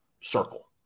circle